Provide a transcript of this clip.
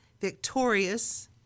victorious